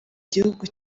gihugu